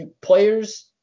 players